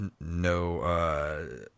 No